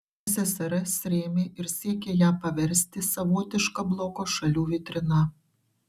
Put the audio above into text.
ssrs rėmė ir siekė ją paversti savotiška bloko šalių vitrina